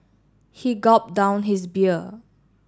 he gulped down his beer